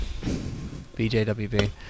BJWB